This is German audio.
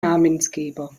namensgeber